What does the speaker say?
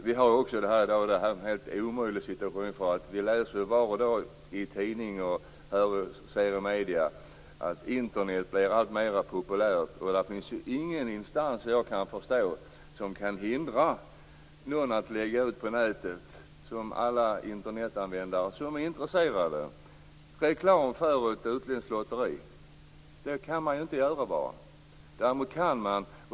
Vi har en helt omöjlig situation. Vi läser varje dag i tidningar och övriga medier att Internet blir alltmer populärt. Det finns ingen instans som kan hindra någon att lägga ut på nätet reklam för ett utländskt lotteri. Det kan man inte hindra.